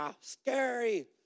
Scary